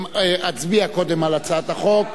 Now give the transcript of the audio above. נצביע קודם על הצעת החוק.